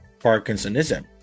Parkinsonism